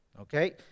Okay